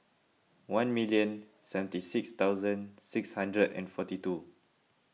one million seventy six thousand six hundred and forty two